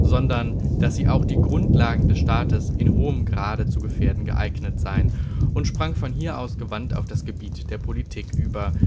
sondern daß sie auch die grundlagen des staates in hohem grade zu gefährden geeignet seien und sprang von hier aus gewandt auf das gebiet der politik über